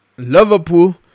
Liverpool